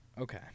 Okay